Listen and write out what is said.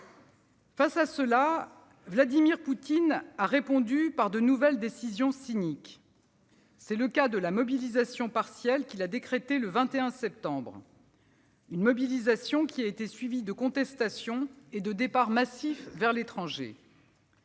Face à cela, Vladimir Poutine a répondu par de nouvelles décisions cyniques. C'est le cas de la mobilisation partielle qu'il a décrétée le 21 septembre. Une mobilisation qui a été suivie de contestation et de départs massifs vers l'étranger.